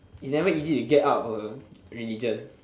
it's never easy to get out of a religion